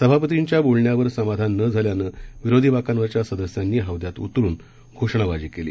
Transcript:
सभापतींच्या बोलण्यावर समाधान नं झाल्यानं विरोधी बाकांवरच्या सदस्यांनी हौद्यात उतरून घोषणाबाजी केली